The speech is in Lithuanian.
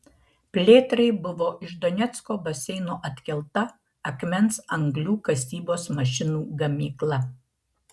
plėtrai buvo iš donecko baseino atkelta akmens anglių kasybos mašinų gamykla